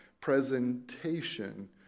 presentation